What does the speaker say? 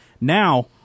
Now